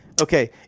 Okay